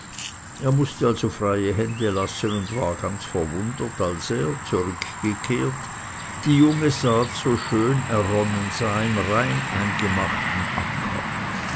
er mußte also freie hände lassen und war ganz verwundert als er zurückgekehrt die junge saat so schön erronnen sah im reingemachten acker